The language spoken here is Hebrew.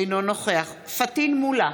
אינו נוכח פטין מולא,